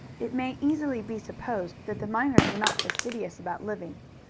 it may easily be supposed that the miners were not fastidious about living.